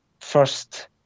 first